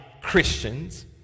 Christians